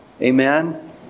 Amen